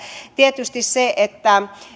tietysti sillä että